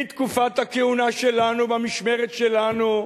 בתקופת הכהונה שלנו, במשמרת שלנו,